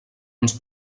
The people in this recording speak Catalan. ens